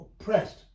oppressed